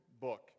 book